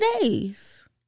days